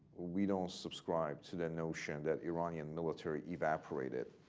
we don't subscribe to the notion that iranian military evaporated.